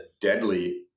deadly